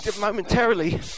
Momentarily